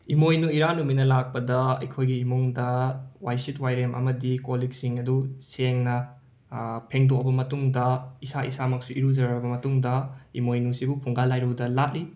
ꯏꯃꯣꯏꯅꯨ ꯏꯔꯥꯠ ꯅꯨꯃꯤꯠꯅ ꯂꯥꯛꯄꯗ ꯑꯩꯈꯣꯏꯒꯤ ꯏꯃꯨꯡꯗ ꯋꯥꯏꯁꯤꯠ ꯋꯥꯏꯔꯦꯝ ꯑꯃꯗꯤ ꯀꯣꯜ ꯂꯤꯛꯁꯤꯡ ꯑꯗꯨ ꯁꯦꯡꯅ ꯐꯦꯡꯗꯣꯛꯑꯕ ꯃꯇꯨꯡꯗ ꯏꯁꯥ ꯏꯁꯥꯃꯛꯁꯨ ꯏꯔꯨꯖꯔꯕ ꯃꯇꯨꯡꯗ ꯏꯃꯣꯏꯅꯨꯁꯤꯕꯨ ꯐꯨꯡꯒꯥ ꯂꯥꯏꯔꯨꯗ ꯂꯥꯠꯂꯤ